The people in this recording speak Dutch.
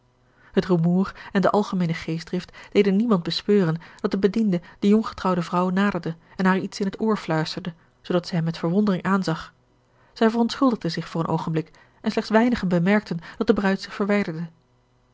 het rumoer en de algemeene geestdrift deden niemand bespeuren dat een bediende de jonggetrouwde vrouw naderde en haar iets in het oor fluisterde zoodat zij hem met verwondering aanzag zij verontschuldigde zich voor een oogenblik en slechts weinigen bemerkten dat de bruid zich verwijderde